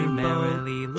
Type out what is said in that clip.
merrily